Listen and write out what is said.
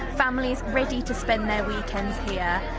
families ready to spend their weekends yeah